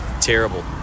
terrible